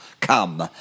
come